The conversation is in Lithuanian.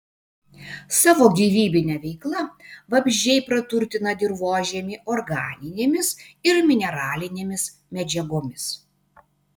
savo gyvybine veikla vabzdžiai praturtina dirvožemį organinėmis ir mineralinėmis medžiagomis